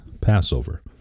Passover